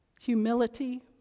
humility